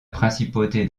principauté